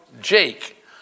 Jake